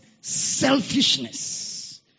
selfishness